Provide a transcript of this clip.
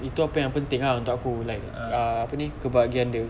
itu apa yang penting ah untuk aku like ah apa ni kebahagiaan dia